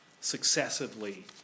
successively